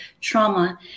trauma